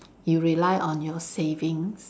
you rely on your savings